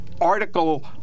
article